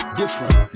different